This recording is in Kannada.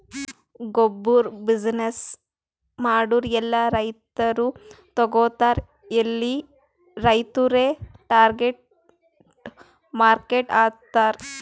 ಗೊಬ್ಬುರ್ ಬಿಸಿನ್ನೆಸ್ ಮಾಡೂರ್ ಎಲ್ಲಾ ರೈತರು ತಗೋತಾರ್ ಎಲ್ಲಿ ರೈತುರೇ ಟಾರ್ಗೆಟ್ ಮಾರ್ಕೆಟ್ ಆತರ್